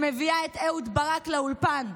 שמביאה את אהוד ברק לאולפן,